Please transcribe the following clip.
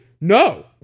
no